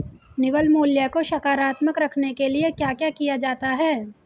निवल मूल्य को सकारात्मक रखने के लिए क्या क्या किया जाता है?